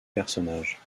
personnage